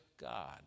God